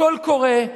הכול קורה,